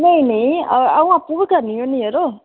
नेईं नेईं अं'ऊ आपूं बी करनी होन्नी यरो